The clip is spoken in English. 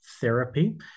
therapy